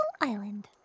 island